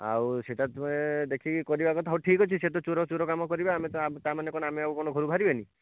ଆଉ ସେଇଟା ତମେ ଦେଖିକି କରିବା କଥା ହେଉ ଠିକ୍ ଅଛି ସେ ତ ଚୋର ଚୋର କାମ କରିବେ ଆମେ ତ ତା ମାନେ କ'ଣ ଆମେ କ'ଣ ଆଉ ଘରୁ ବାହାରିବାନି